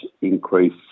increase